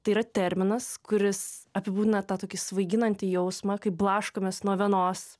tai yra terminas kuris apibūdina tą tokį svaiginantį jausmą kai blaškomės nuo vienos